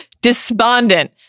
Despondent